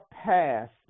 past